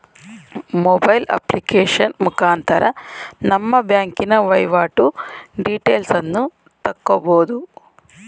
mobile application ಮುಖಾಂತರ ನಮ್ಮ ಬ್ಯಾಂಕಿನ ವೈವಾಟು ಡೀಟೇಲ್ಸನ್ನು ತಕ್ಕಬೋದು